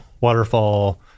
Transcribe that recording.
waterfall